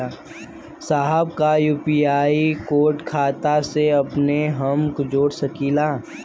साहब का UPI code खाता से अपने हम जोड़ सकेला?